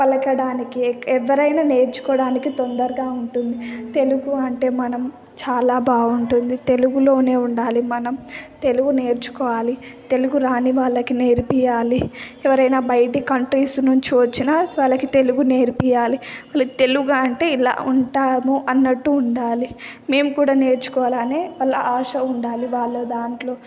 పలకడానికి ఎవ్వరైనా నేర్చుకోడానికి తొందరగా ఉంటుంది తెలుగు అంటే మనం చాలా బాగుంటుంది తెలుగులోనే ఉండాలి మనం తెలుగు నేర్చుకోవాలి తెలుగు రాని వాళ్ళకి నేర్పియాలి ఎవరైనా బయట కంట్రీస్ నుండి వచ్చిన వాళ్ళకి తెలుగు నేర్పియాలి వాళ్ళకి తెలుగు అంటే ఇలా ఉంటమో అన్నట్టు ఉండాలి అని మేము కూడా నేర్చుకోవాలనే వాళ్ళ ఆశ ఉండాలి వాళ్ళ దాంట్లో